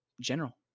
General